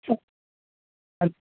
sir